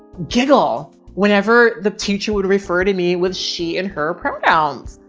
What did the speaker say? giggle whenever the teacher would refer to me with she and her pronouns.